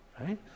right